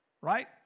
right